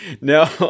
No